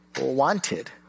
wanted